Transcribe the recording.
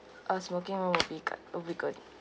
a smoking room would be good will be good